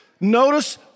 notice